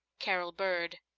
carol bird.